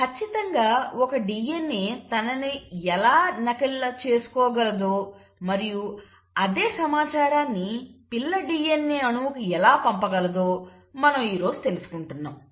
ఖచ్చితంగా ఒక DNA తనని ఎలా నకలు చేసుకోగలదో మరియు అదే సమాచారాన్ని పిల్ల DNA అణువుకు ఎలా పంపగలదో మనం ఈ రోజు తెలుసుకుంటున్నాం